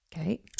Okay